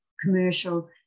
commercial